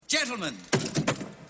Gentlemen